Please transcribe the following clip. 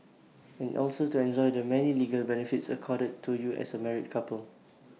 and also to enjoy the many legal benefits accorded to you as A married couple